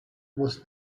was